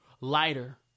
lighter